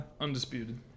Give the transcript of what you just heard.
Undisputed